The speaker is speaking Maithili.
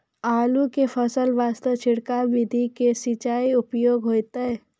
आलू के फसल वास्ते छिड़काव विधि से सिंचाई उपयोगी होइतै?